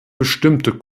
bestimmte